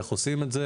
איך עושים את זה